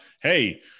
hey